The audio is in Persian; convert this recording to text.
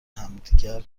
همدیگر